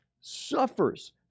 suffers